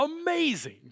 amazing